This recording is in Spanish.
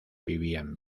vivían